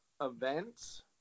events